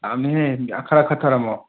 ꯌꯥꯃꯤꯍꯦ ꯈꯔ ꯈꯠꯊꯔꯝꯃꯣ